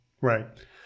Right